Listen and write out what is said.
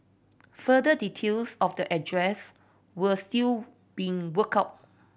further details of the address were still being worked out